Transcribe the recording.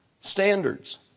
standards